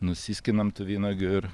nusiskinam tų vynuogių ir